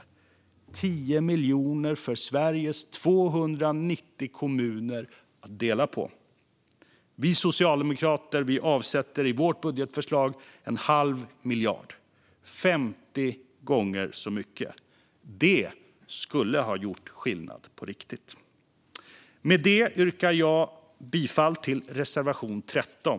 Det är 10 miljoner för Sveriges 290 kommuner att dela på. Vi socialdemokrater avsätter i vårt budgetförslag en halv miljard. Det är 50 gånger så mycket. Det skulle ha gjort skillnad på riktigt. Med det yrkar jag bifall till reservation 13.